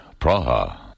Praha